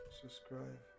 subscribe